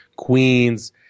Queens